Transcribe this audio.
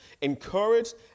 encouraged